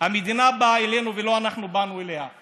המדינה באה אלינו ולא אנחנו באנו אליה.